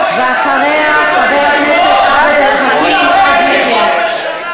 ואחריה, חבר הכנסת עבד אל חכים חאג' יחיא.